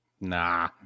nah